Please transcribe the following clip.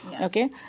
Okay